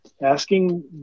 asking